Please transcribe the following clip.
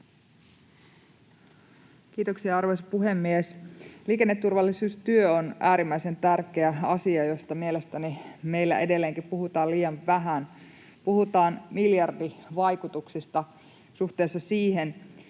Kiitoksia, arvoisa puhemies! Liikenneturvallisuustyö on äärimmäisen tärkeä asia, josta mielestäni meillä edelleenkin puhutaan liian vähän. Puhutaan miljardivaikutuksista suhteessa siihen,